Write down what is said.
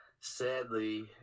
Sadly